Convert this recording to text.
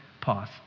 Pause